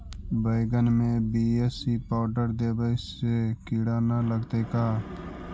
बैगन में BAC powder देबे से किड़ा न लगतै का?